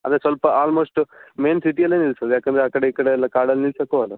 ಅದೆ ಸ್ವಲ್ಪ almost main ಸಿಟಿಯಲ್ಲೆ ನಿಲ್ಲಿಸೋದು ಯಾಕೆಂದ್ರೆ ಆ ಕಡೆ ಈ ಕಡೆ ಎಲ್ಲ ಕಾಡಲ್ಲಿ ನಿಲ್ಸೋಕು ಆಗಲ್ಲ